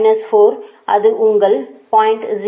10 to the power minus 4 அது உங்கள் 0